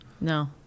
No